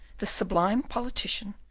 this sublime politician,